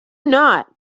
not